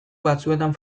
batzuetan